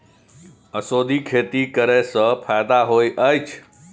औषधि खेती करे स फायदा होय अछि?